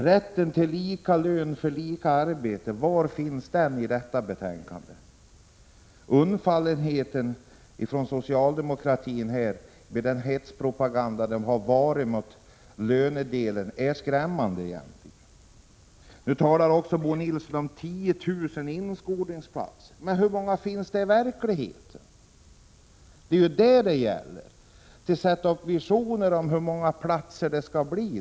Rätten till lika lön för lika arbete — var finns den i detta betänkande? Socialdemokratins undfallenhet efter hetspropagandan beträffande lönedelen är egentligen skrämmande. Bo Nilsson talade om 10 000 inskolningsplatser, men hur många finns det i verkligheten? Det är ju det som det gäller. Att ha visioner om antalet går ju bra.